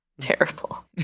Terrible